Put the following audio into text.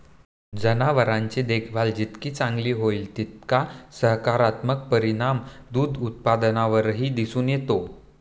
जनावरांची देखभाल जितकी चांगली होईल, तितका सकारात्मक परिणाम दूध उत्पादनावरही दिसून येतो